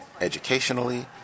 educationally